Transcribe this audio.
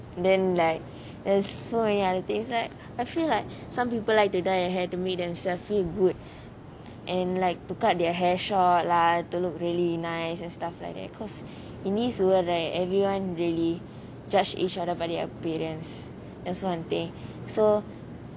then like there's so many other things like I feel like some people like to dye their hair to make themselves feel good and like to cut their hair short lah to look really nice and stuff like that because in this world right everyone really judge each other by their appearance that's one thing so